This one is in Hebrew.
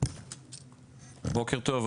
בוקר טוב,